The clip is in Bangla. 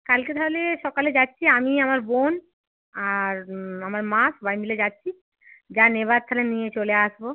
কালকে তাহলে সকালে যাচ্ছি আমি আমার বোন আর আমার মা সবাই মিলে যাচ্ছি যা নেবার তাহলে নিয়ে চলে আসবো